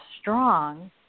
strong